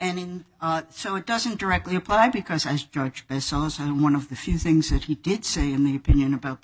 and so it doesn't directly apply because as george has sons and one of the few things that he did say in the opinion about the